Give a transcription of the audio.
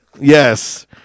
Yes